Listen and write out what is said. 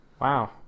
wow